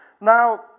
Now